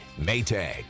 Maytag